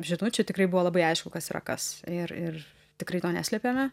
žinučių tikrai buvo labai aišku kas yra kas ir ir tikrai to neslėpėme